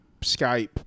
Skype